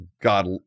God